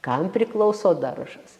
kam priklauso daržas